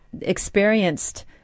experienced